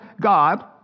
God